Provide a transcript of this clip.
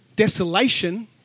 desolation